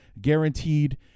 guaranteed